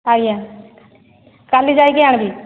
ଆଜ୍ଞା କାଲି ଯାଇକି ଆଣିବି